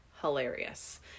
hilarious